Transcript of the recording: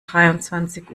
dreiundzwanzig